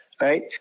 right